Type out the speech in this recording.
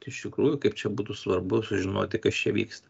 tai iš tikrųjų kaip čia būtų svarbu sužinoti kas čia vyksta